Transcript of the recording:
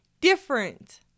different